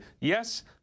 yes